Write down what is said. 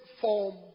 form